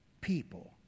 People